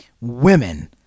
women